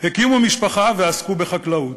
הקימו משפחה ועסקו בחקלאות.